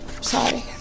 Sorry